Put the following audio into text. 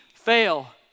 fail